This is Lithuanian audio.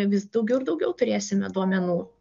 vis daugiau ir daugiau turėsime duomenų